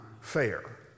fair